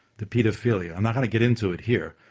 the pedophilia. i'm not going to get into it here,